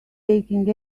taking